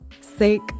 sake